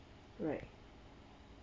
correct